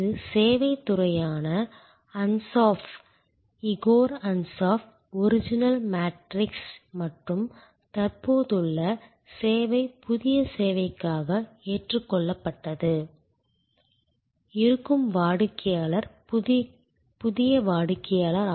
இது சேவைத் துறையான Ansoff Igor Ansoff original matrix மற்றும் தற்போதுள்ள சேவை புதிய சேவைக்காக ஏற்றுக்கொள்ளப்பட்டது இருக்கும் வாடிக்கையாளர் புதிய வாடிக்கையாளர்